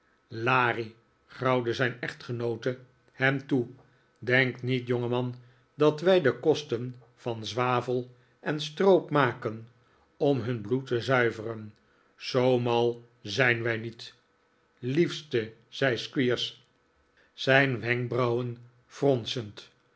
larie grauwde zijn echtgenoote hem toe denk niet jongeman dat wij de kosten van zwavel en stroop maken om hun i bloed te zuiveren zoo mal zijn wij niet liefste zei squeers zijn wenkbrauwen fronsend